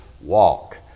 walk